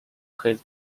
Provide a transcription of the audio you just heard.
his